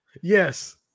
Yes